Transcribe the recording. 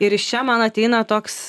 ir iš čia man ateina toks